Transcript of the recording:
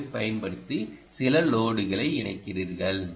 ஓவைப் பயன்படுத்தி சில லோடுகளை இணைக்கிறீர்கள்